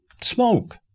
smoke